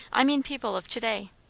i mean people of to-day.